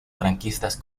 franquistas